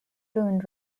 boone